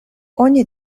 oni